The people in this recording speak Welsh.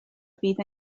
fydd